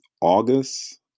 August